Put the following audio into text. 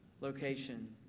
location